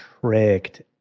tricked